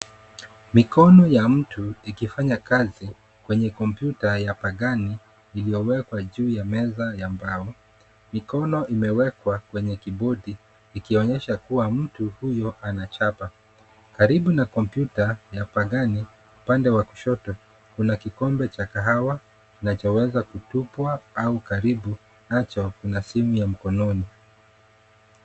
Mikono ya mtu ikifanya kazi, kwenye kompyuta ya pajani, iliyowekwa juu ya meza ya mbao. Mikono imewekwa kwenye kibodi ikionyesha kuwa mtu huyo anachapa. Karibu na kompyuta ya pajani upande wa kushoto, kuna kikombe cha kahawa kinachoweza kutupwa au karibu nacho kuna simu ya mkononi.